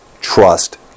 trust